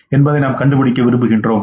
என்பதை நாம் கண்டுபிடிக்க விரும்புகிறோம்